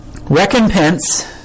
Recompense